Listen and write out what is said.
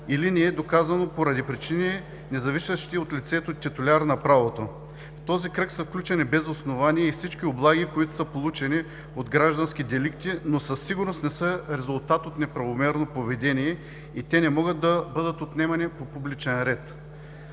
или не е доказано поради причини, независещи от лицето – титуляр на правото. В този кръг са включени без основание и всички облаги, които са получени от граждански деликти, но със сигурност не са резултат от неправомерно поведение и те не могат да бъдат отнемани по публичен ред.